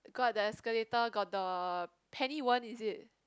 got that escalator got the Penny Won is it